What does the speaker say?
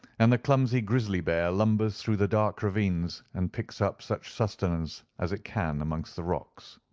and the clumsy grizzly bear lumbers through the dark ravines, and picks up such sustenance as it can amongst the rocks.